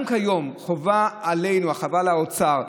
גם כיום חובה עלינו, חובה על האוצר,